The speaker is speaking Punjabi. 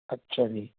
ਅੱਛਾ ਜੀ